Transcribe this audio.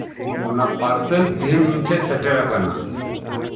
parcel ᱛᱮᱦᱤᱧ ᱤᱧ ᱴᱷᱮᱱ ᱥᱮᱴᱮᱨ ᱟᱠᱟᱱᱟ